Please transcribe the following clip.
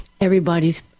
Everybody's